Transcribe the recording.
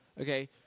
okay